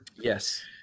Yes